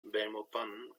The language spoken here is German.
belmopan